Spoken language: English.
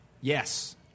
Yes